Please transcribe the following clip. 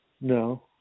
No